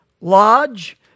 lodge